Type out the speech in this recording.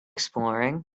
exploring